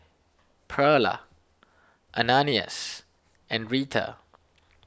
Pearla Ananias and Reta